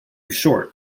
short